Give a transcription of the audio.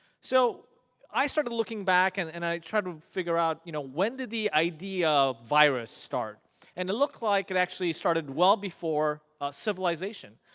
so i started looking back and and i tried to figure out you know when to the idea of virus start and it looks like it actually started well before civilization.